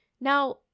Now